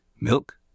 Milk